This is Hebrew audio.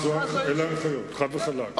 אלה ההנחיות, חד וחלק.